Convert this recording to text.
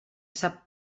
sap